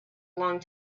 long